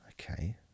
Okay